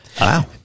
Wow